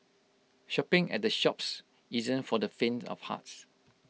shopping at the Shoppes isn't for the faint of hearts